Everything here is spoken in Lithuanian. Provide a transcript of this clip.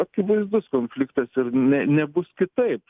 akivaizdus konfliktas ir ne nebus kitaip